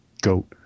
Goat